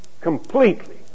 completely